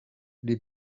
les